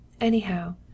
Anyhow